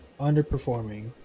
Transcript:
underperforming